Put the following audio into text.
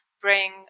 bring